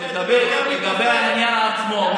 לגבי העניין עצמו,